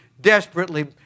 desperately